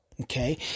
okay